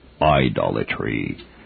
idolatry